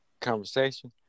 conversation